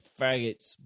faggots